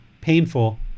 Painful